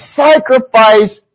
sacrifice